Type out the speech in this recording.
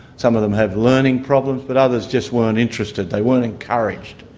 some of them have learning problems but others just weren't interested, they weren't encouraged.